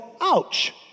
ouch